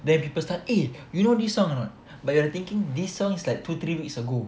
then people start eh you know this song or not but you are thinking these songs like two three weeks ago